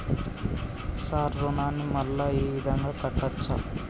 Sir రుణాన్ని మళ్ళా ఈ విధంగా కట్టచ్చా?